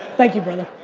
thank you, brother.